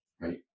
Right